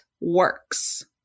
works